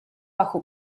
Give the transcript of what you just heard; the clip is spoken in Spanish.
bajo